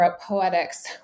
poetics